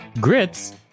Grits